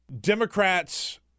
Democrats